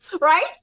Right